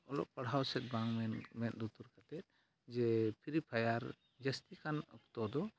ᱚᱞᱚᱜ ᱯᱟᱲᱦᱟᱣ ᱥᱮᱫ ᱵᱟᱝ ᱢᱮᱸᱫ ᱞᱩᱛᱩᱨ ᱠᱟᱛᱮᱫ ᱡᱮ ᱯᱷᱨᱤ ᱯᱷᱟᱭᱟᱨ ᱡᱟᱹᱥᱛᱤᱠᱟᱱ ᱚᱠᱛᱚ ᱫᱚ